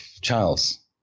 charles